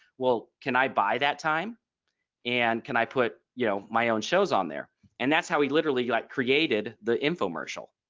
well can i buy that time and can i put you know my own shows on there and that's how he literally like created the infomercial.